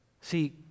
See